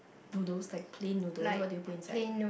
no those like plain noodle what do you put inside